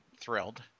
thrilled